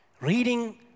reading